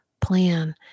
plan